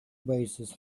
basis